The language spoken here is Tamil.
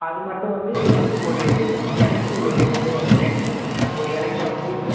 அது மட்டும் வந்து ஒரு இலைக்கி இவ்வளோ ரேட்டுன்னு ரேட் ஃபிக்ஸுடு சார் ஒரு இலைக்கி வந்து